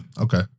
Okay